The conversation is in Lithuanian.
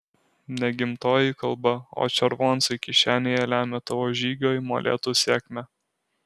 ne gimtoji kalba o červoncai kišenėje lemia tavo žygio į molėtus sėkmę